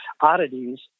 oddities